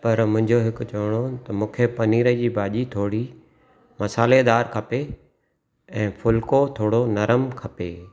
पर मुंहिंजो हिकु चवण हुओ त मूंखे पनीर जी भाॼी थोरी मसालेदार खपे ऐं फुल्को थोरो नरमु खपे